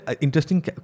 interesting